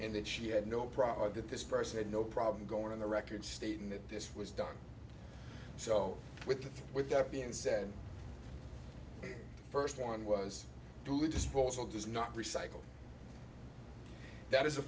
and that she had no problem that this person had no problem going on the record stating that this was done so with that with that being said first one was duly disposal does not recycle that is a